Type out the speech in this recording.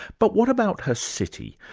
but what about her city?